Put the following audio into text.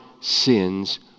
sins